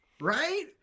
right